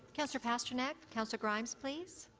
councillor pasternak, councillor grimes, please.